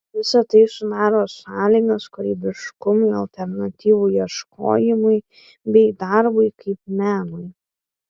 visa tai sudaro sąlygas kūrybiškumui alternatyvų ieškojimui bei darbui kaip menui